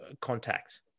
contact